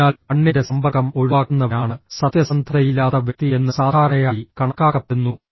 അതിനാൽ കണ്ണിൻറെ സമ്പർക്കം ഒഴിവാക്കുന്നവനാണ് സത്യസന്ധതയില്ലാത്ത വ്യക്തി എന്ന് സാധാരണയായി കണക്കാക്കപ്പെടുന്നു